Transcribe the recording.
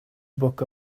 book